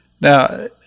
Now